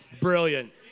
Brilliant